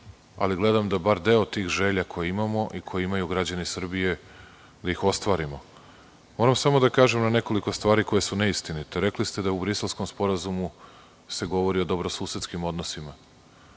ali gledam da bar deo tih želja koji imamo i koje imaju građani Srbije da ih ostvarimo. Moram samo da ukažem nekoliko stvari koje su neistinite. Rekli ste da se u Briselskom sporazumu govori o dobrosusedskim odnosima.